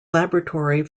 laboratory